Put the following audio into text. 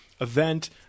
event